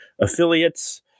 affiliates